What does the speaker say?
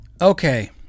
Okay